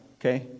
okay